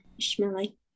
Smelly